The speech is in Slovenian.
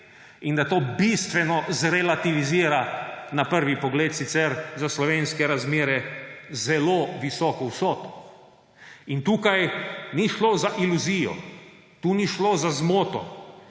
In da to bistveno relativizira na prvi pogled sicer za slovenske razmere zelo visoko vsoto. In tukaj ni šlo za iluzijo, tu ni šlo za zmoto,